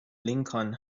lincoln